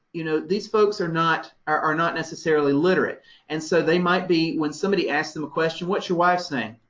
you know, these folks are not, are not necessarily literate and so they might be. when somebody asked them a question, what's your wife's name?